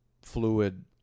fluid